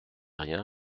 rien